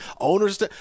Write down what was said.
owners